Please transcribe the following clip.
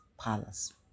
palace